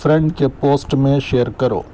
friend کے post میں share کرو